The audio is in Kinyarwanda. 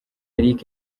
eric